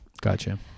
gotcha